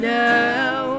now